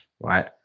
right